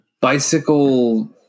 bicycle